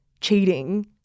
cheating